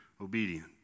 obedient